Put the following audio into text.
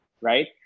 Right